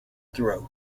throat